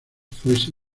fuese